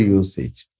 usage